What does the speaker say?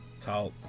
Talk